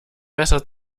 besser